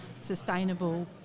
sustainable